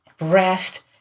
rest